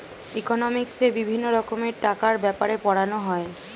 ইকোনমিক্সে বিভিন্ন রকমের টাকার ব্যাপারে পড়ানো হয়